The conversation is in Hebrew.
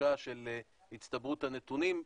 שלושה של הצטברות הנתונים.